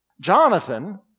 Jonathan